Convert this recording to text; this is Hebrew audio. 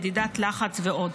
מדידת לחץ ועוד.